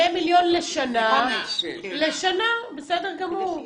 2 מיליון לשנה, בסדר גמור.